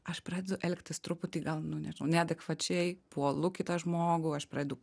aš pradedu elgtis truputį gal nu nežinau neadekvačiai puolu kitą žmogų aš pradedu